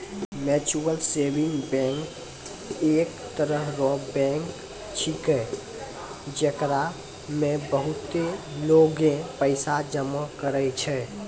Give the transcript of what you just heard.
mutual saving bank एक तरह रो बैंक छैकै, जेकरा मे बहुते लोगें पैसा जमा करै छै